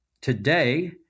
today